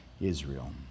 Israel